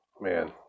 man